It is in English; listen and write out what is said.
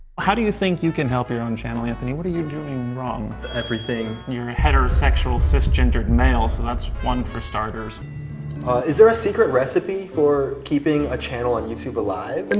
how do you think you can help your own channel? anthony? what are you doing wrong? everything. your heterosexual cisgendered male so that's one for starters is there a secret recipe for keeping a channel on youtube alive? and